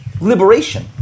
liberation